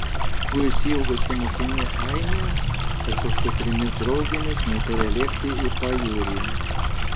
atostogų išsiilgusi mokinė ainė kartu su trimis draugėmis nutaria lėkti į pajūrį